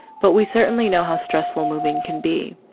but we certainly know how stressful moving can be.